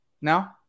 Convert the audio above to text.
now